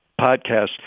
podcast